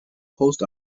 post